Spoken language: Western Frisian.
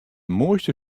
moaiste